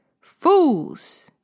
Fools